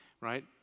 right